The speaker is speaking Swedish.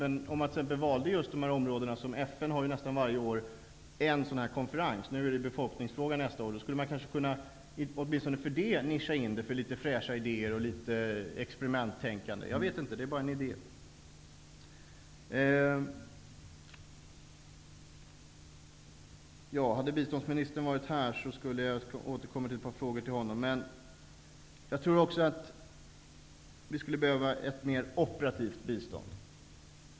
FN har ju nästan varje år en konferens. Nästa år handlar den om befolkningsfrågan. Då skulle vi kanske kunna ''nischa in'' det för litet fräscha idéer och litet experimenttänkande. Jag vet inte, det är bara en idé. Jag tror också att vi skulle behöva ett mer operativt bistånd.